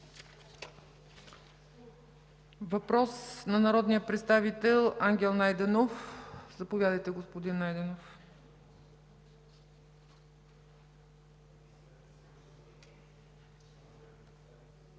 Въпрос на народния представител Ангел Найденов. Заповядайте, господин Найденов.